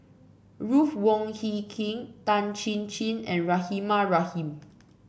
Ruth Wong Hie King Tan Chin Chin and Rahimah Rahim